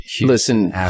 Listen